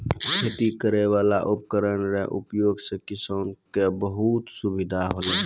खेती करै वाला उपकरण रो उपयोग से किसान के बहुत सुबिधा होलै